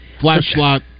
Flashlight